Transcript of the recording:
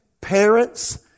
Parents